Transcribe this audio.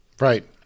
right